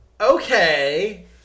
okay